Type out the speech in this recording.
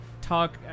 talk